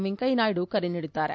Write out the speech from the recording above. ವೆಂಕಯ್ಯನಾಯ್ಡು ಕರೆ ನೀಡಿದ್ದಾರೆ